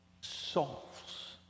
solves